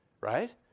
Right